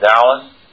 Dallas